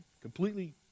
completely